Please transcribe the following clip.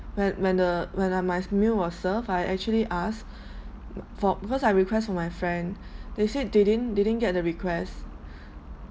when when the when I my meal was served I actually asked for because I request for my friend they said they didn't they didn't get the request